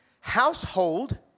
Household